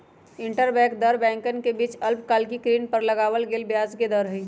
interbank दर बैंकवन के बीच अल्पकालिक ऋण पर लगावल गेलय ब्याज के दर हई